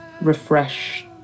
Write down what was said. refresh